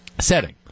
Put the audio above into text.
setting